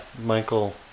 Michael